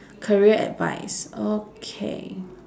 career advice okay